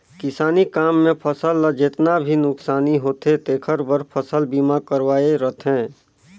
किसानी काम मे फसल ल जेतना भी नुकसानी होथे तेखर बर फसल बीमा करवाये रथें